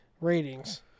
ratings